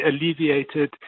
alleviated